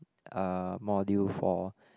uh module for